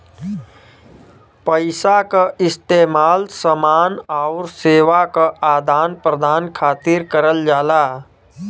पइसा क इस्तेमाल समान आउर सेवा क आदान प्रदान खातिर करल जाला